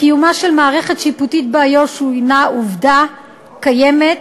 קיומה של מערכת שיפוטית באיו"ש הנה עובדה קיימת,